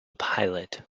pilot